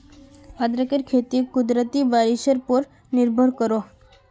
अदरकेर खेती कुदरती बारिशेर पोर निर्भर करोह